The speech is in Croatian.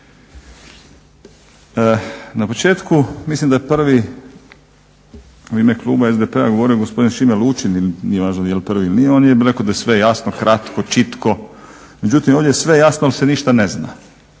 Na početku mislim da je prvi u ime kluba SDP-a govorio gospodin Šime Lučin ili nije važno je li prvi ili nije. On je rekao da je sve jasno, kratko, čitko. Međutim, ovdje je sve jasno ali se ništa ne zna.